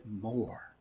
more